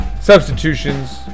Substitutions